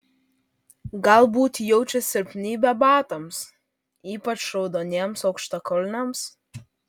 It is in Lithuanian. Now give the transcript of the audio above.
galbūt jaučia silpnybę batams ypač raudoniems aukštakulniams